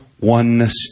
oneness